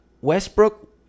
Westbrook